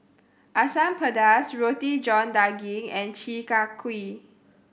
Asam Pedas Roti John Daging and Chi Kak Kuih